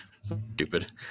Stupid